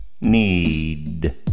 need